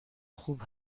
خوب